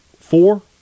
four